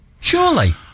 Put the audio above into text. Surely